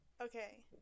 Okay